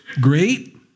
great